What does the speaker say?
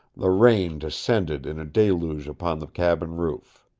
the rain descended in a deluge upon the cabin roof.